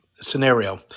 scenario